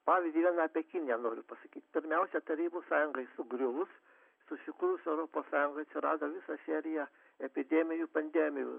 pavyzdžiui vien apie kiniją noriu pasakyti pirmiausia tarybų sąjungai sugriuvus susikūrus europos sąjungai atsirado visa serija epidemijų pandemijų